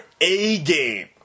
A-game